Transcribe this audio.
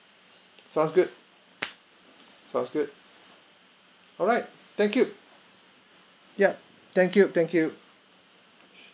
sounds good sounds good alright thank you yup thank you thank you